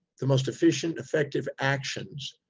the most efficient, effective actions,